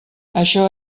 això